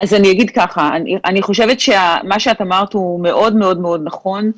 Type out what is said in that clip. אגיד כך: אני חושבת שמה שאת אמרת הוא מאוד מאוד מאוד נכון.